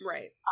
Right